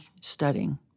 studying